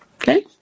Okay